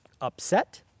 upset